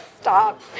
Stop